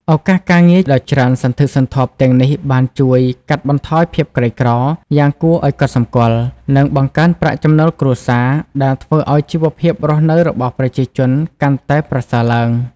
ឱកាសការងារដ៏ច្រើនសន្ធឹកសន្ធាប់ទាំងនេះបានជួយ កាត់បន្ថយភាពក្រីក្រ យ៉ាងគួរឲ្យកត់សម្គាល់ និង បង្កើនប្រាក់ចំណូលគ្រួសារ ដែលធ្វើឲ្យជីវភាពរស់នៅរបស់ប្រជាជនកាន់តែប្រសើរឡើង។